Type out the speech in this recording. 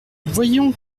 voyons